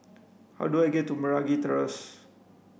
how do I get to Meragi Terrace